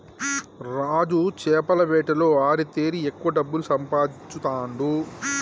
రాజు చేపల వేటలో ఆరితేరి ఎక్కువ డబ్బులు సంపాదించుతాండు